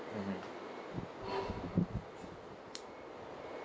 mmhmm